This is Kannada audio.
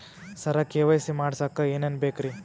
ಸರ ಕೆ.ವೈ.ಸಿ ಮಾಡಸಕ್ಕ ಎನೆನ ಬೇಕ್ರಿ?